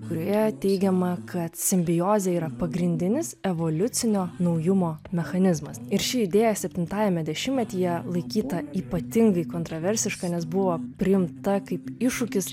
kurioje teigiama kad simbiozė yra pagrindinis evoliucinio naujumo mechanizmas ir ši idėja septintajame dešimtmetyje laikyta ypatingai kontroversiška nes buvo priimta kaip iššūkis